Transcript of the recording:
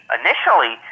initially